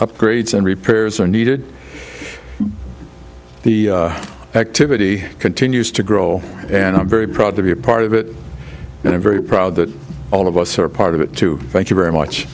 upgrades and repairs are needed the activity continues to grow and i'm very proud to be a part of it and i'm very proud that all of us are part of it too thank you very much